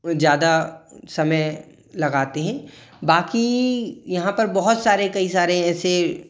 ज़्यादा समय लगाते हैं बाकी यहाँ पर बहुत सारे कई सारे ऐसे